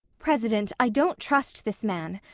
president, i don't trust this man.